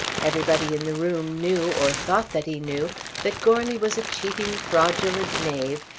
everybody in the room knew or thought that he knew that goarly was a cheating fraudulent knave,